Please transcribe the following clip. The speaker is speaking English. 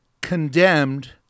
condemned